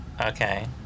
okay